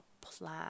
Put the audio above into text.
plan